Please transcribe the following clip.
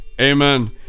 Amen